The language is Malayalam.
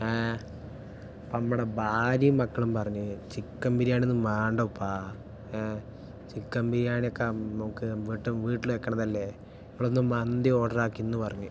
നമ്മടെ ഭാര്യയും മക്കളും പറഞ്ഞു ചിക്കൻ ബിരിയാണിയൊന്നും വേണ്ട ഉപ്പാ ചിക്കൻ ബിരിയാണിയൊക്കെ നമുക്ക് നമ്മുടെ മറ്റേ വീട്ടില് വെക്കണതല്ലേ നിങ്ങളൊന്നു മന്തി ഓർഡറാക്കീന്നു പറഞ്ഞു